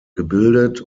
gebildet